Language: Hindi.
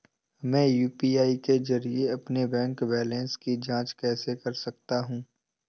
मैं यू.पी.आई के जरिए अपने बैंक बैलेंस की जाँच कैसे कर सकता हूँ?